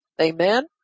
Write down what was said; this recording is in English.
amen